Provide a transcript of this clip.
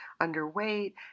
underweight